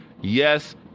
Yes